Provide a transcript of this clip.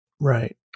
Right